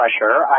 pressure